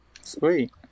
Sweet